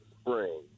spring